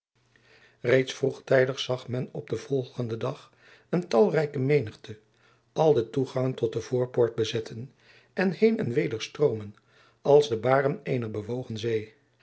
reeds vroegtijdig zag men op den volgenden dag een talrijke menigte al de toegangen tot de voorpoort bezetten en heen en weder stroomen als de baren eener bewogen zee